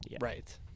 Right